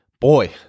boy